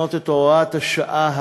לשנות את הוראת השעה.